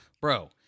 Bro